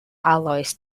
alloys